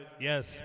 yes